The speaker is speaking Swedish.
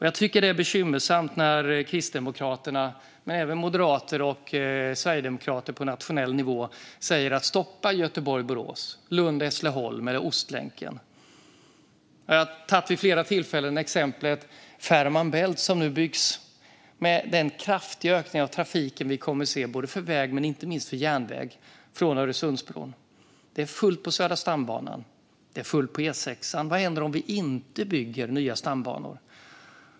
Jag tycker att det är bekymmersamt när kristdemokrater men även moderater och sverigedemokrater på nationell nivå säger att vi ska stoppa Göteborg-Borås, Lund-Hässleholm eller Ostlänken. Jag har vid flera tillfällen tagit exemplet Fehmarn Bält som nu byggs, med den kraftiga ökningen av trafiken som vi kommer att se både på väg och på järnväg från Öresundsbron. Det är fullt på Södra stambanan. Det är fullt på E6:an. Vad händer om vi inte bygger nya stambanor?